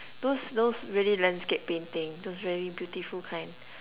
those those really landscape painting those very beautiful kind